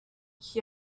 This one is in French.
qui